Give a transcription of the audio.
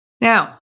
Now